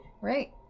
Right